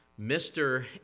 Mr